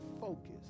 focus